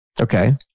Okay